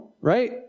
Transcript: right